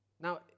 Now